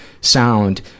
sound